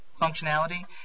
functionality